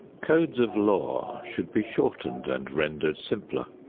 codes of law should be shortened and rendered simpler.